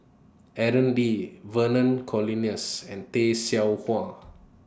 Aaron Lee Vernon Cornelius and Tay Seow Huah